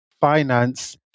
finance